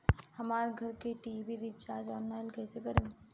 हमार घर के टी.वी रीचार्ज ऑनलाइन कैसे करेम?